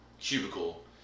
cubicle